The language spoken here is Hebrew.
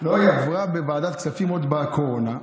היא עברה בוועדת הכספים עוד בקורונה,